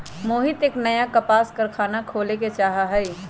मोहित एक नया कपास कारख़ाना खोले ला चाहा हई